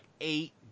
eight